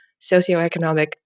socioeconomic